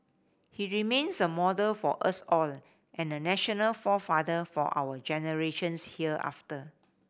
he remains a model for us all and a national forefather for our generations hereafter